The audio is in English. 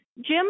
Jim